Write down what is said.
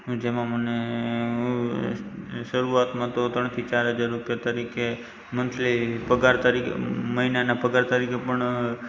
જેમાં મને શરૂઆતમાં તો ત્રણથી ચાર હજાર રૂપિયા તરીકે મંથલી પગાર તરીકે મહિનાના પગાર તરીકે પણ